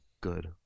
good